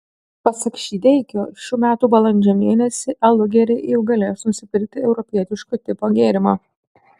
pasak šydeikio šių metų balandžio mėnesį alugeriai jau galės nusipirkti europietiško tipo gėrimo